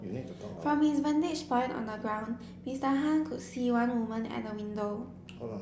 from his vantage point on the ground Mister Han could see one woman at the window